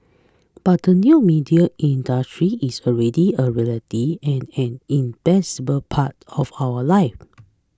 but the new media industry is already a reality and an indispensable part of our live